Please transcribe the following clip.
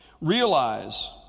Realize